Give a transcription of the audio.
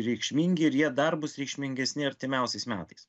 reikšmingi ir jie dar bus reikšmingesni artimiausiais metais